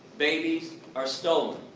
babies are stolen.